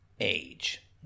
age